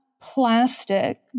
plastic